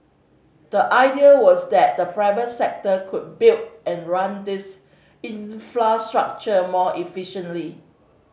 the idea was that the private sector could build and run these infrastructure more efficiently